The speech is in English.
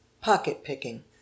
POCKET-PICKING